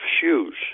shoes